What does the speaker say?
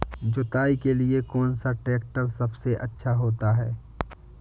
जुताई के लिए कौन सा ट्रैक्टर सबसे अच्छा होता है?